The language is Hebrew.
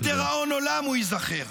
לדיראון עולם הוא ייזכר.